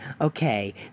Okay